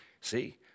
See